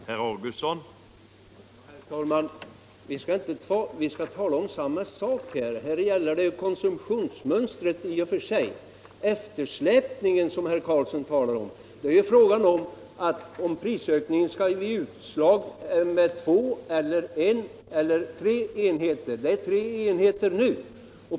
Herr talman! Vi skall tala om samma sak här. Det gäller ju här konsumtionsmönstret i och för sig. Eftersläpningen som herr Carlsson talar om gäller ju om prisökningen skall ge utslag med två eller en eller tre enheter. Det är tre enheter nu.